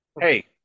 hey